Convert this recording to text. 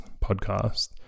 podcast